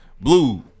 Blue